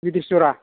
बिदिसिजरा